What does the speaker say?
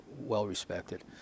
well-respected